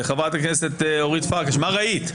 חברת הכנסת אורית פרקש, מה ראית?